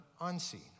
unseen